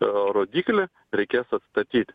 o rodyklę reikės atstatyti